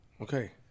Okay